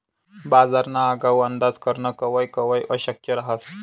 बजारना आगाऊ अंदाज करनं कवय कवय अशक्य रहास